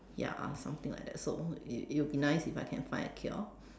ya something like that so it it would be nice if I can find a cure